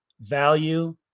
value